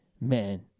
man